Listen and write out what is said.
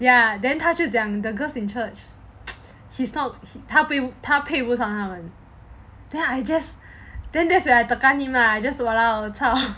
ya then 他就讲 the girl in church he is not 他配不上她 then I just then that's when I tekan him lah I just !walao! chao